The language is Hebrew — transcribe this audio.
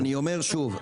אני אומר שוב,